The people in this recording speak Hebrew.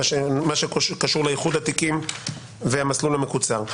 מה שקשור לאיחוד התיקים והמסלול המקוצר.